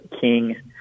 king